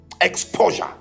exposure